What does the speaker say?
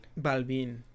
Balvin